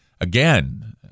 again